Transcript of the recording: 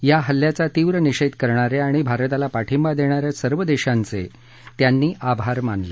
या हल्ल्याचा तीव्र निषेध करणाऱ्या आणि भारताला पाठिंबा देणाऱ्या सर्व देशांचे त्यांनी आभार मानले